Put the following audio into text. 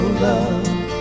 love